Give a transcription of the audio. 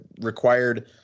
required